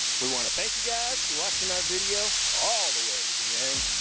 we want to thank you guys for watching our video all the way to the end.